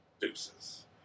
Deuces